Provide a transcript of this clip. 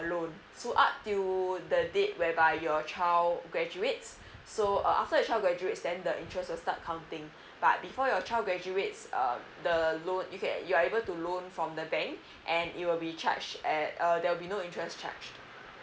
loan so up to the date whereby your child graduates so uh after your child graduates then the interest will start counting but before your child graduates uh the loan if you're able to loan from the bank and it will be charge at uh there will be no interest charge